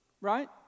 Right